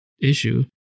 issue